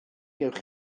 gewch